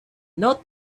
note